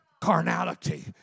carnality